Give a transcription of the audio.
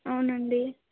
అవునండి